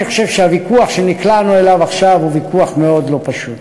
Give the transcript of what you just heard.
אני חושב שהוויכוח שנקלענו אליו עכשיו הוא ויכוח מאוד לא פשוט.